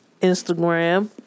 Instagram